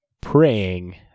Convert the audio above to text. praying